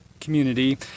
community